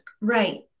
Right